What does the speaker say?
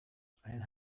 ein